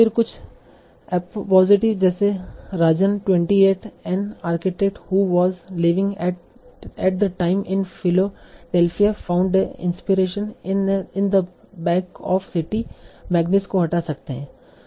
फिर कुछ एपपॉजिटिव जैसे Rajan 28 an artist who was living at the time in Philadelphia found the inspiration in the back of city magazines को हटा सकते है